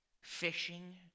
fishing